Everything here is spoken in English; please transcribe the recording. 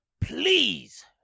Please